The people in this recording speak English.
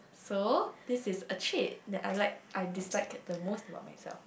so this is a trait that I like I dislike the most about myself